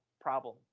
problem